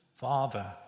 Father